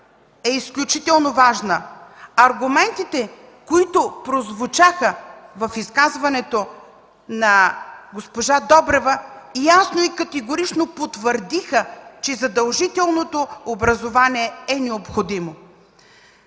е изключително важна. Аргументите, които прозвучаха в изказването на госпожа Добрева, ясно и категорично потвърдиха, че задължителното образование е необходимо.